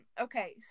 okay